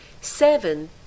Seven